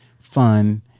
fun